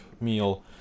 meal